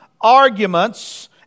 arguments